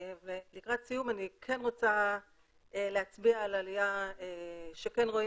לקראת סיום אני רוצה להצביע על עלייה שכן רואים